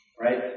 Right